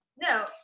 No